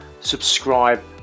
subscribe